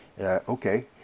Okay